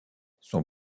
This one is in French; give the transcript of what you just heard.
son